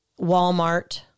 Walmart